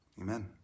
Amen